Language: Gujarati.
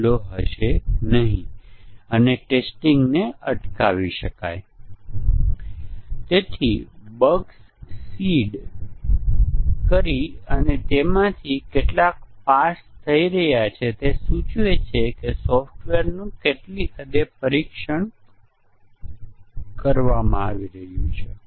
ભૂલને ડિબગ કરવી અથવા તેનું સ્થાનિકીકરણ કરવું ખૂબ જ મુશ્કેલ બની જાય છે અને એકવાર ટેસ્ટ કેસ બગ ક્યાં છે તે શોધવામાં નિષ્ફળ જાય અને ડિબગીંગ પ્રક્રિયા અત્યંત ખર્ચાળ બની જાય તે માટે મોટી માત્રામાં પ્રયત્નો કરવા પડે છે